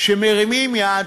שמרימים יד,